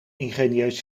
ingenieus